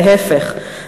להפך.